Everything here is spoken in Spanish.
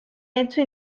hecho